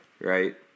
right